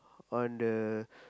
on the